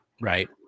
right